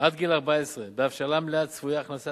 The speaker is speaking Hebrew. עד גיל 14. בהבשלה מלאה צפויה הכנסת